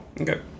Okay